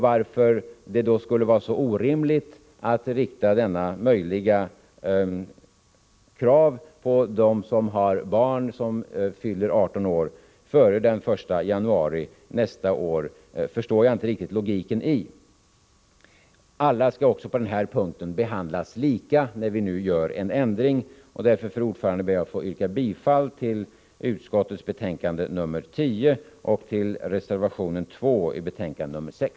Varför det då skulle vara så orimligt att rikta detta möjliga krav mot dem som har barn som fyller 18 år före den 1 januari nästa år förstår jag inte riktigt logiken i. Alla skall också på den här punkten behandlas lika när vi nu gör en ändring. Fru talman! Jag ber att få yrka bifall till utskottets hemställan i betänkande 10 och till reservation 2 vid betänkande 6.